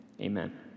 amen